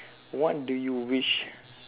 what do you wish